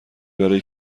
برای